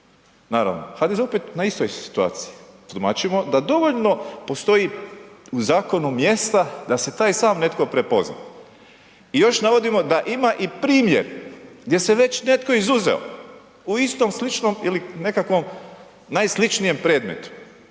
Naravno, HDZ je opet na istoj situaciji, tumačimo da dovoljno postoji u zakonu mjesta za taj sam netko prepozna i još navodimo da ima i primjer gdje se već netko izuzeo u istom sličnom ili nekakvom najsličnijem predmetu